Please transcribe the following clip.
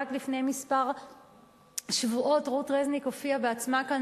רק לפני כמה שבועות רות רזניק הופיעה בעצמה כאן